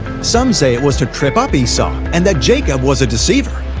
some say it was to trip up esau and that jacob was a deceiver.